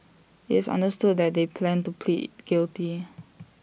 IT is understood that they plan to plead guilty